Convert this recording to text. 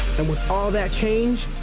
and with all that change,